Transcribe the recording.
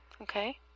Okay